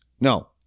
No